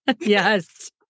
Yes